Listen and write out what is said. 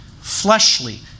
fleshly